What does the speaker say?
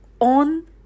on